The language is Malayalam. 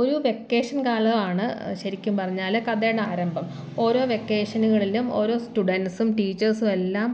ഒരു വെക്കേഷൻ കാലം ആണ് ശരിക്കും പറഞ്ഞാൽ കഥയുടെ ആരംഭം ഓരോ വെക്കേഷനുകളിലും ഓരോ സ്റ്റുഡൻസും ടീച്ചേഴ്സും എല്ലാം